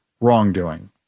wrongdoing